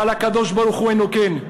אבל הקדוש-ברוך-הוא אינו כן.